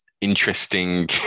Interesting